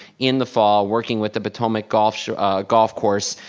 in the fall, working with the potomac golf so golf course,